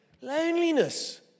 Loneliness